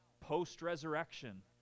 post-resurrection